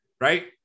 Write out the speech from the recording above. right